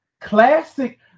classic